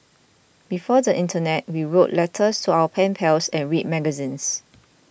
before the internet we wrote letters to our pen pals and read magazines